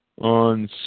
on